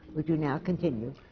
would you now continue?